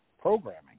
programming